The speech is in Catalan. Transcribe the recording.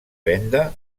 venda